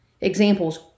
Examples